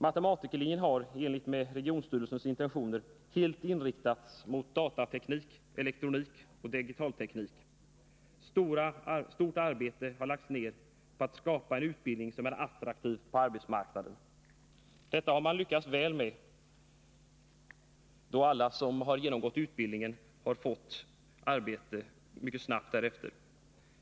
Matematikerlinjen har, i enlighet med regionstyrelsens intentioner, helt inriktats mot datateknik, elektronik och digitalteknik. Stort arbete har lagts ned på att skapa en utbildning som är attraktiv på arbetsmarknaden. Detta har man lyckats väl med, då alla som genomgått utbildningen har fått arbete mycket snabbt därefter.